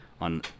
on